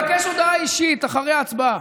אז תבקש הודעה אישית אחרי ההצבעה.